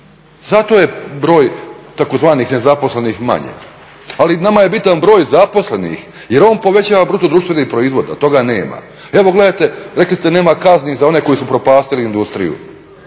Zato je broj tzv. nezaposlenih manji. Ali nama je bitan broj zaposlenih, jer on povećava bruto društveni proizvod, a toga nema. Evo gledajte, rekli ste nema kazni za one koji su upropastili industriju,